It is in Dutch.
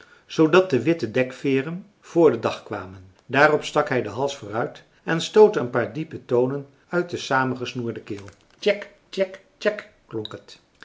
zoodat de witte dekveeren voor den dag kwamen daarop stak hij den hals vooruit en stootte een paar diepe tonen uit de samengesnoerde keel tjek tjek tjek